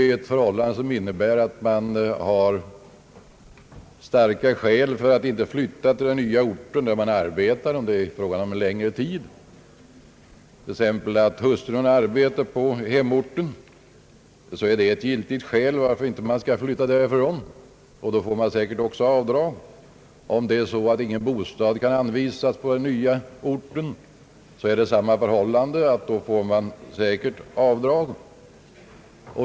Om det gäller en längre tid och man har starka skäl för att inte flytta till den nya ort där man arbetar — t.ex. om hustrun har arbete på hemorten — får man säkert också avdrag. Om ingen bostad kan anvisas på den nya anställningsorten är det samma förhållande — då får man säkert avdrag.